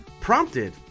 prompted